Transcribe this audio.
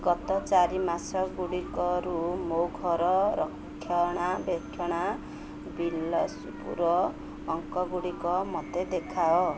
ଗତ ଚାରି ମାସ ଗୁଡ଼ିକରୁ ମୋ ଘର ରକ୍ଷଣାବେକ୍ଷଣ ବିଲ୍ ସବୁର ଅଙ୍କ ଗୁଡ଼ିକ ମୋତେ ଦେଖାଅ